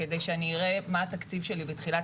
וכדי שאני אראה מה התקציב שלי בתחילת